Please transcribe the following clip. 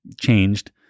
changed